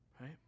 right